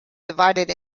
divided